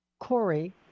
Corey